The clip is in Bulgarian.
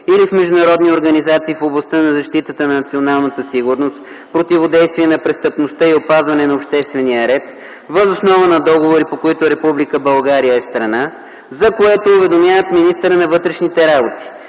или в международни организации в областта на защита на националната сигурност, противодействие на престъпността и опазване на обществения ред въз основа на договори, по които Република България е страна, за което уведомяват министъра на вътрешните работи.